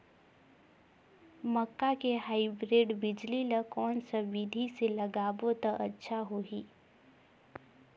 मक्का के हाईब्रिड बिजली ल कोन सा बिधी ले लगाबो त अच्छा होहि?